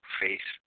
face